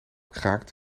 kraakt